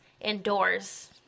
indoors